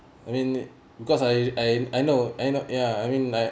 I mean because I I I know I not ya I mean like